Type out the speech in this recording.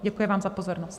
Děkuji vám za pozornost.